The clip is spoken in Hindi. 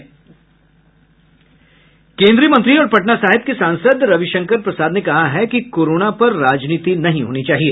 केंद्रीय मंत्री और पटना साहिब के सांसद रविशंकर प्रसाद ने कहा है कि कोरोना पर राजनीति नही होनी चाहिए